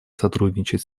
сотрудничать